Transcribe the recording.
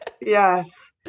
Yes